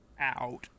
out